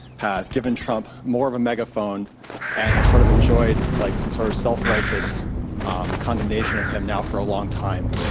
have given trump more of a megaphone and have sort of enjoyed, like, some sort of self-righteous um condemnation of him now for a long time?